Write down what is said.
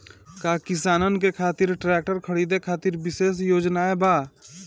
का किसानन के खातिर ट्रैक्टर खरीदे खातिर विशेष योजनाएं बा?